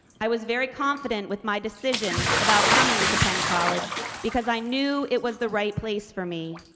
i was very confident with my decision about coming to penn college because i knew it was the right place for me.